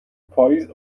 پاییز